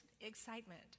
excitement